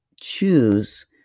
choose